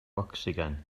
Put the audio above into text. ocsigen